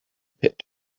pit